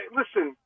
listen